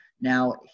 Now